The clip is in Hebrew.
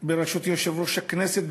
בראשות יושב-ראש הכנסת,